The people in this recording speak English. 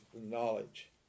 knowledge